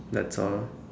that's all